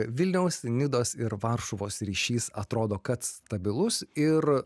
vilniaus nidos ir varšuvos ryšys atrodo kad stabilus ir